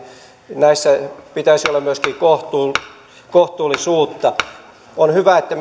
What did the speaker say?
näissä pitäisi olla myöskin kohtuullisuutta on hyvä ministeri että